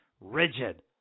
rigid